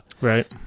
Right